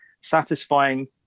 satisfying